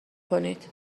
کنید